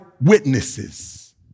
witnesses